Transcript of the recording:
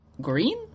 Green